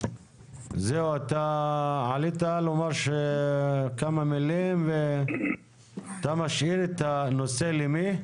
אתה עלית לומר כמה מילים ואתה משאיר את הנושא למי?